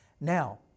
Now